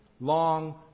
long